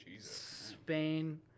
Spain